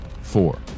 four